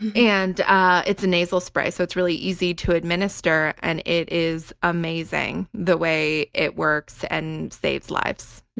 and ah it's a nasal spray, so it's really easy to administer and it is amazing the way it works and saves lives.